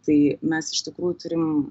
tai mes iš tikrųjų turim